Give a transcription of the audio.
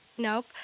Nope